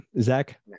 Zach